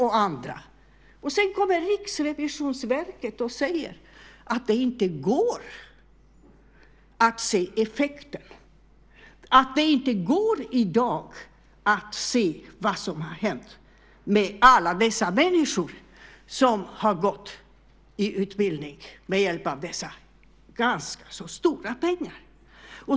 Och sedan kommer Riksrevisionen och säger att det inte går att se effekten och att det inte går i dag att se vad som har hänt med alla dessa människor som har gått i utbildning av dessa, ganska så stora pengar.